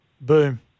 Boom